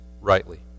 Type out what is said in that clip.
rightly